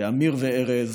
באמיר וארז,